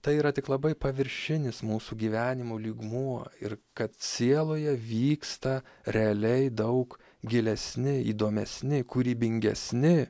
tai yra tik labai paviršinis mūsų gyvenimo lygmuo ir kad sieloje vyksta realiai daug gilesni įdomesni kūrybingesni